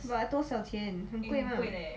but 多少钱很贵吗